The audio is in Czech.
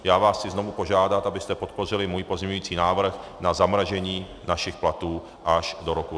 Já vás chci znovu požádat, abyste podpořili můj pozměňovací návrh na zamrazení našich platů až do roku 2021.